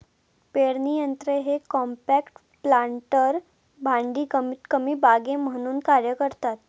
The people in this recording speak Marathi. पेरणी यंत्र हे कॉम्पॅक्ट प्लांटर भांडी कमीतकमी बागे म्हणून कार्य करतात